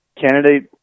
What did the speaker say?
candidate